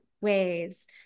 ways